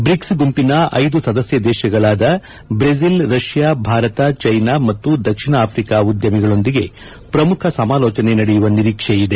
BRICS ಗುಂಪಿನ ಐದು ಸದಸ್ಯ ದೇಶಗಳಾದ ಬ್ರೆಜಿಲ್ ರಷ್ಯಾ ಭಾರತ ಚೀನಾ ಮತ್ತು ದಕ್ಷಿಣ ಆಫ್ರಿಕಾ ಉದ್ಯಮಿಗಳೊಂದಿಗೆ ಪ್ರಮುಖ ಸಮಾಲೋಚನೆ ನಡೆಯುವ ನಿರೀಕ್ಷೆ ಇದೆ